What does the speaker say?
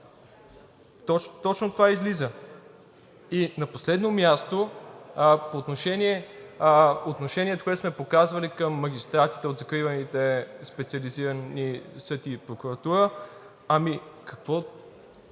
Точно това излиза. На последно място, отношението, което сме показвали към магистратите от закриваните специализирани съд и прокуратура. Защо